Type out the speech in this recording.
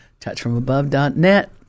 touchfromabove.net